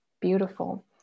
Beautiful